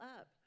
up